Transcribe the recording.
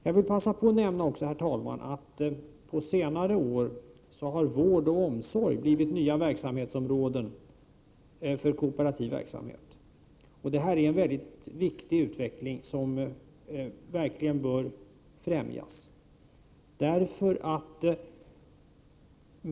Jag vill passa på att nämna, herr talman, att på senare år har vård och omsorg blivit nya verksamhetsområden för kooperativ verksamhet. Det är en mycket viktig utveckling som verkligen bör främjas.